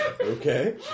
okay